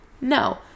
No